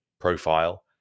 profile